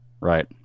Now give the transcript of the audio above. Right